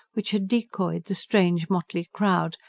which had decoyed the strange, motley crowd,